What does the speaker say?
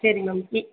சரி மேம்